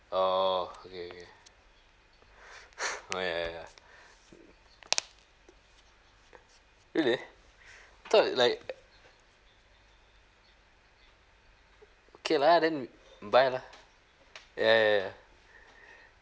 oh okay okay oh ya ya ya really thought like okay lah then buy lah ya ya ya